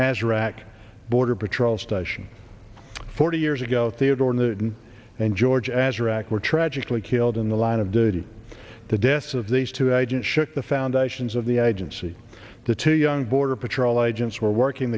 george as racked border patrol station forty years ago theodore newton and george as rak were tragically killed in the line of duty the deaths of these two agents shook the foundations of the i just see the two young border patrol agents were working